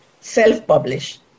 self-publish